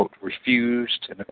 refused